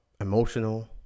emotional